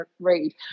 read